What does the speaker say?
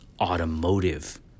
automotive